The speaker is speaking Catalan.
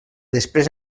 després